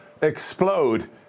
explode